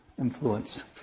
influence